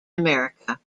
america